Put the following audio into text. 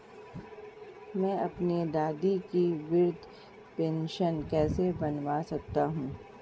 मैं अपनी दादी की वृद्ध पेंशन कैसे बनवा सकता हूँ?